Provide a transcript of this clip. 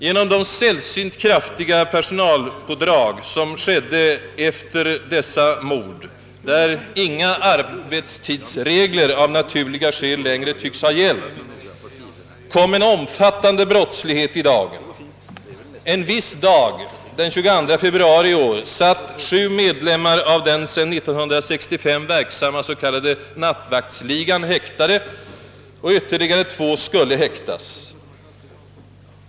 Genom det sällsynt kraftiga polispådraget, då av naturliga skäl inga arbetstidsregler längre tycks ha iakttagits, kom en omfattande brottslighet i dagen. En viss dag — den 22 februari i år — satt sju medlemmar av den sedan 1965 verksamma s.k. nattvaktsligan häktade, och ytterligare två skulle häktas.